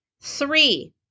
Three